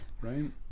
right